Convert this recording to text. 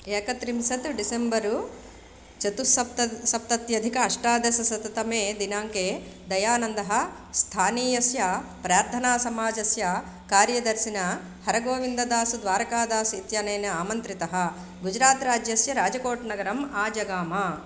एकत्रिंशत् डिसेम्बरु चतुस्सप्त सप्तत्यधिक अष्टादशशततमे दिनाङ्के दयानन्दः स्थानीयस्य प्रार्थनासमाजस्य कार्यदर्शिना हरगोविन्ददास् द्वारकादास् इत्यनेन आमन्त्रितः गुजरात् राज्यस्य राजकोट् नगरम् आजगाम